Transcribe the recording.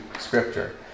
scripture